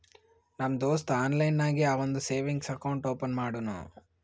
ನಮ್ ದೋಸ್ತ ಆನ್ಲೈನ್ ನಾಗೆ ಅವಂದು ಸೇವಿಂಗ್ಸ್ ಅಕೌಂಟ್ ಓಪನ್ ಮಾಡುನೂ